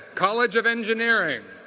college of engineering.